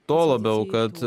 tuo labiau kad